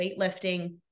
weightlifting